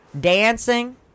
Dancing